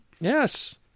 Yes